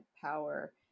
power